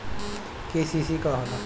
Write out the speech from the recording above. KCC का होला?